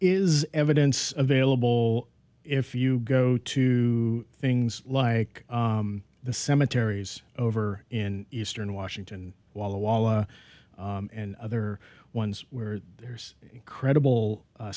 is evidence available if you go to things like the cemeteries over in eastern washington walla walla and other ones where there's incredible